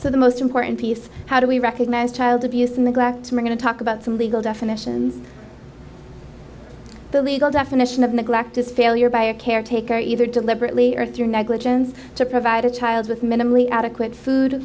so the most important piece how do we recognize child abuse and neglect going to talk about some legal definitions the legal definition of neglect is failure by a caretaker either deliberately or through negligence to provide a child with minimally adequate food